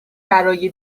برای